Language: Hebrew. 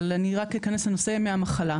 אבל אני רק אכנס לנושא ימי המחלה.